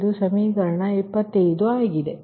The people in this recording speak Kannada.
ಇದು ಸಮೀಕರಣ 25 ಆಗಿದೆ